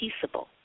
peaceable